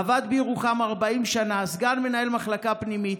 עבד בירוחם 40 שנה, סגן מנהל מחלקה פנימית.